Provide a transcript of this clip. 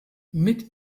mit